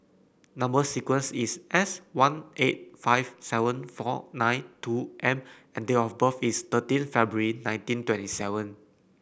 number sequence is S one eight five seven four nine two M and date of birth is thirteen February nineteen twenty seven